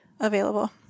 available